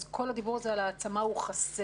כל הדיבור הזה על העצמה הוא חסר.